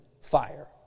fire